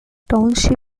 township